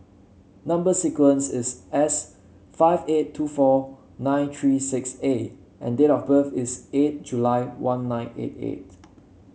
number sequence is S five eight two four nine three six A and date of birth is eight July one nine eight eight